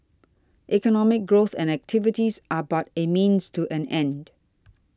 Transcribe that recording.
economic growth and activities are but a means to an end